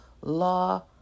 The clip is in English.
law